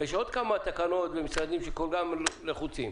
יש עוד כמה תקנות ומשרדים שכולם לחוצים.